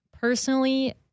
personally